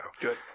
Good